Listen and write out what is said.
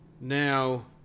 now